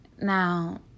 Now